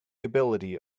ability